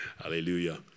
Hallelujah